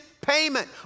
payment